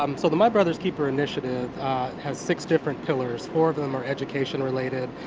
um so the my brother's keeper initiative has six different pillars. four of them are education-related.